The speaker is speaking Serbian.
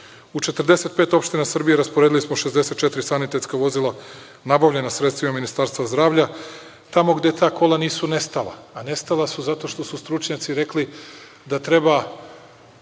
45 opština Srbije rasporedili smo 64 sanitetska vozila nabavljena sredstvima Ministarstva zdravlja. Tamo gde ta kola nisu nestala, a nestala su zato što su stručnjaci rekli da treba